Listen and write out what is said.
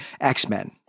X-Men